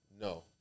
No